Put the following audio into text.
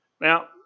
Now